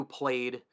played